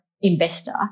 investor